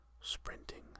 sprinting